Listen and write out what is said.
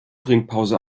trinkpause